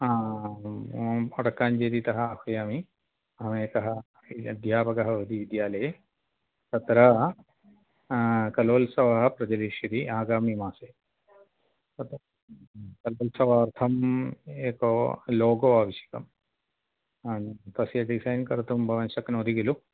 वडक्काञ्जेरितः आह्वयामि अहमे एकः अध्यापकः वति विद्यालये तत्र कलोत्सवः प्रचलिष्यति आगामिमासे कलोत्सवार्थम् एक लोगो आवश्यकं तस्य डिसैन् कर्तुं भवान् शक्नोति खलु